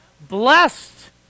Blessed